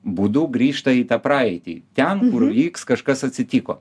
būdu grįžta į tą praeitį ten kur vyks kažkas atsitiko